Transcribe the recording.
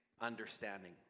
understanding